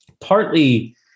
Partly